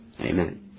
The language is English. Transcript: Amen